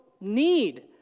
need